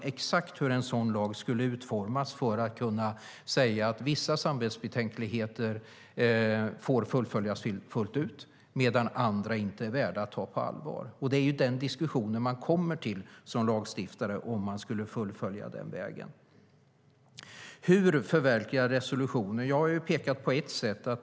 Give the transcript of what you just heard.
Hur, exakt, skulle en sådan lag utformas för att man skulle kunna säga att vissa samvetsbetänkligheter får fullföljas fullt ut medan andra inte är värda att ta på allvar? Det är ju den diskussion som man kommer till som lagstiftare om man skulle fullfölja den vägen. Hur ska man förverkliga resolutionen? Jag har pekat på ett sätt.